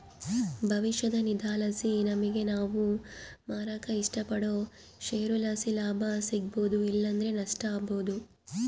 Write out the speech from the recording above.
ಭವಿಷ್ಯದ ನಿಧಿಲಾಸಿ ನಮಿಗೆ ನಾವು ಮಾರಾಕ ಇಷ್ಟಪಡೋ ಷೇರುಲಾಸಿ ಲಾಭ ಸಿಗ್ಬೋದು ಇಲ್ಲಂದ್ರ ನಷ್ಟ ಆಬೋದು